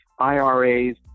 IRAs